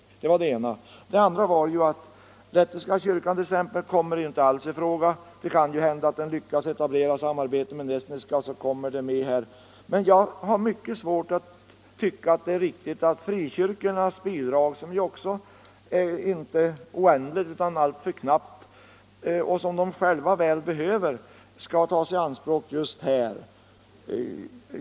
Det var det ena jag ville säga. Det andra är att lettiska kyrkan inte alls kommer i fråga. Det kan hända att den lyckas etablera samarbete med den estniska, så att den kan komma med. Men jag har mycket svårt att inse att frikyrkornas anslag —- som inte heller är oändligt utan alltför knappt och som de själva väl behöver — skall tas i anspråk just här.